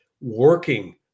working